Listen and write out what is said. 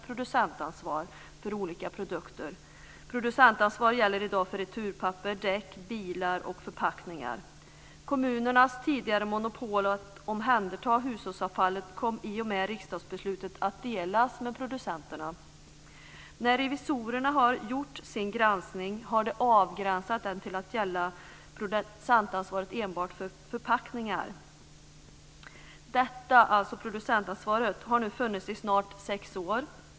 Producentansvar gäller i dag för returpapper, däck, bilar och förpackningar. Kommunernas tidigare monopol på att omhänderta hushållsavfallet kom i och med riksdagsbeslutet att delas med producenterna. När revisorerna har gjort sin granskning har de avgränsat den till att enbart gälla producentansvaret för förpackningar. Det producentansvaret har nu funnits i snart sex år.